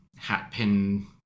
hatpin